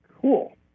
Cool